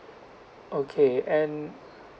okay and